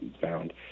found